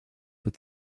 with